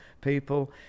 people